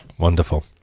wonderful